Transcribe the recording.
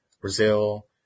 Brazil